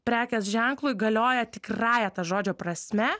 prekės ženklui galioja tikrąja ta žodžio prasme